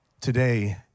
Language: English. Today